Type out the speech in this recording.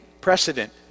precedent